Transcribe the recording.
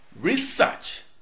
Research